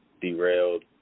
derailed